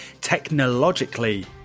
technologically